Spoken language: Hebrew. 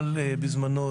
והאיזונים.